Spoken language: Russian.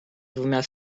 двумя